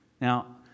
Now